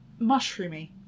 Mushroomy